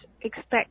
expect